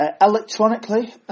electronically